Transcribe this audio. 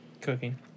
cooking